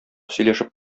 сөйләшеп